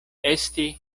esti